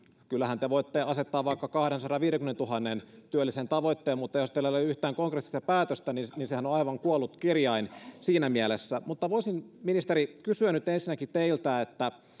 kyllähän te voitte asettaa vaikka kahdensadanviidenkymmenentuhannen työllisen tavoitteen mutta jos teillä ei ole yhtään konkreettista päätöstä niin niin sehän on aivan kuollut kirjain siinä mielessä ministeri voisin kysyä nyt teiltä